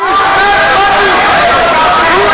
oh